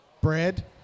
Bread